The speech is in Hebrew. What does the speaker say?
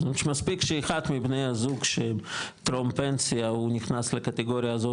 מספיק שאחד מבני הזוג שטרום פנסיה הוא נכנס לקטגוריה הזאת